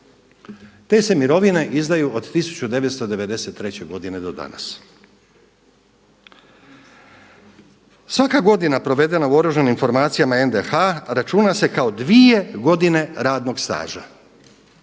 Te se mirovine izdaju od 1992. godine do danas. Svaka godina provedena o oružanim formacijama NDH računa se kao 2 godine radnog staža.